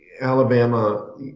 Alabama